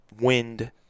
wind